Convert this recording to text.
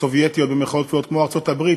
סובייטיות, כמו ארצות-הברית.